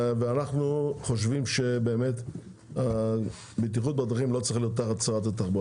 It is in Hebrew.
אנחנו חושבים שהבטיחות בדרכים לא צריכה להיות תחת משרד התחבורה.